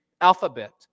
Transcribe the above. alphabet